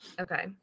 Okay